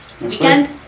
weekend